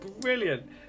brilliant